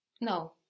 No